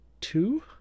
two